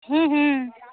हम हम